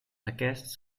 aquests